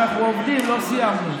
אנחנו עובדים, לא סיימנו.